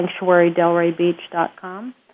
SanctuaryDelrayBeach.com